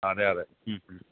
അതെ അതെ മ് മ്